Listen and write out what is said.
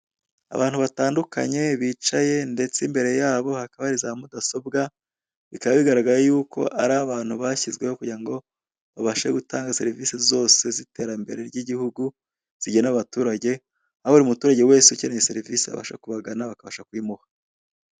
Abantu batandukanye bicaye ndetse imbere yabo hakaba hari za mudasobwa, bikaba bigaragara yuko ari abantu bashyizweho kugira ngo babashe gutanga serivise zose z'iterambere ry'igihugu zigenewe abaturage, aho buri muturage wese ukeneye serivise abasha kubagana bakabasha kuyimuha.